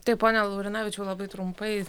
taip pone laurinavičiau labai trumpai